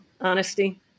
Honesty